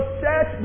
set